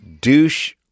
douche